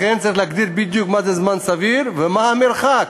לכן צריך להגדיר בדיוק מה זה זמן סביר ומה המרחק